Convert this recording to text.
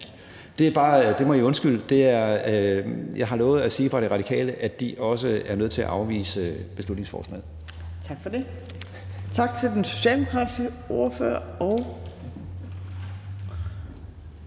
Det må I undskylde. Jeg har lovet at sige fra De Radikale, at de også er nødt til at afvise beslutningsforslaget. Kl. 18:50 Fjerde næstformand (Trine Torp): Tak til den socialdemokratiske ordfører.